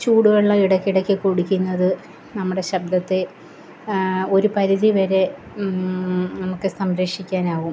ചൂടുവെള്ളം ഇടക്കിടയ്ക്ക് കുടിക്കുന്നത് നമ്മുടെ ശബ്ദത്തെ ഒരു പരിധി വരെ നമുക്ക് സംരക്ഷിക്കാനാകും